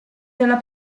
della